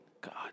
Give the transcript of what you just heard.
God